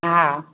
हँ